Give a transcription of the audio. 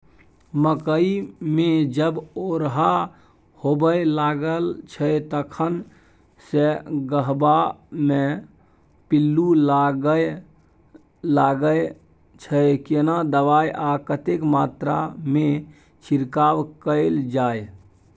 मकई मे जब ओरहा होबय लागय छै तखन से गबहा मे पिल्लू लागय लागय छै, केना दबाय आ कतेक मात्रा मे छिरकाव कैल जाय?